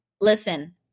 Listen